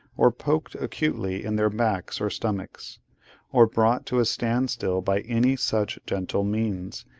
or poked acutely in their backs or stomachs or brought to a standstill by any such gentle means,